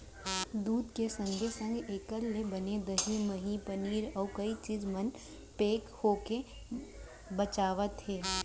दूद के संगे संग एकर ले बने दही, मही, पनीर, अउ कई चीज मन पेक होके बेचावत हें